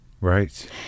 Right